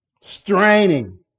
straining